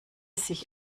sich